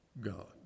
God